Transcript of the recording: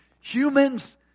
Humans